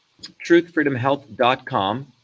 truthfreedomhealth.com